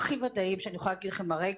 הכי ודאיים שאני יכולה להגיד הרגע,